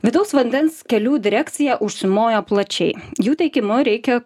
vidaus vandens kelių direkcija užsimojo plačiai jų teigimu reikia